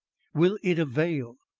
will it avail?